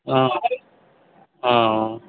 हँ हँ